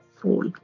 fall